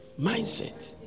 Mindset